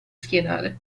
schienale